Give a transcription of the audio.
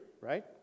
right